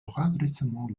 redressement